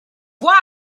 voix